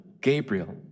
Gabriel